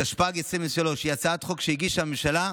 התשפ"ג 2003. זו הצעת חוק שהגישה הממשלה,